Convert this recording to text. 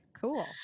Cool